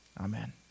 amen